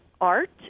art